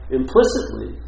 implicitly